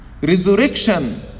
resurrection